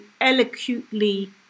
eloquently